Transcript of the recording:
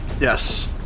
Yes